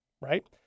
right